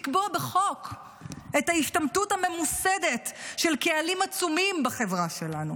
לקבוע בחוק את ההשתמטות הממוסדת של קהלים עצומים בחברה שלנו,